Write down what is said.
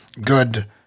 good